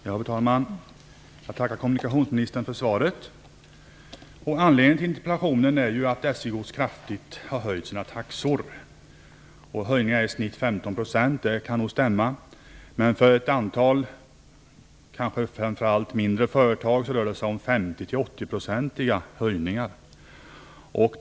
Fru talman! Jag tackar kommunikationsministern för svaret. Anledningen till interpellationen är att SJ Gods har höjt sina taxor kraftigt. Att höjningarna i snitt är 15 % kan nog stämma. Men för ett antal, kanske framför allt mindre företag, rör det sig om höjningar på 50-80 %.